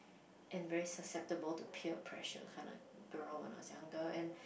and very susceptible to peer pressure kinda girl when I was younger and